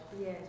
Yes